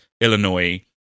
Illinois